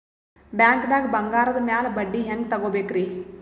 ಬ್ಯಾಂಕ್ದಾಗ ಬಂಗಾರದ್ ಮ್ಯಾಲ್ ಬಡ್ಡಿ ಹೆಂಗ್ ತಗೋಬೇಕ್ರಿ?